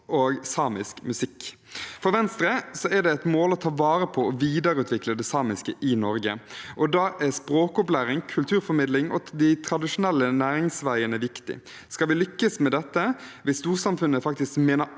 og samisk musikk. For Venstre er det et mål å ta vare på og videreutvikle det samiske i Norge, og da er språkopplæring, kulturformidling og de tradisjonelle næringsveiene viktig. Skal vi lykkes med dette, hvis storsamfunnet faktisk mener